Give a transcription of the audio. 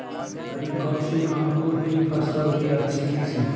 हरी कौन सी अंकुर की फसल के अच्छी किस्म है?